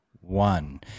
one